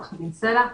עוה"ד סלע.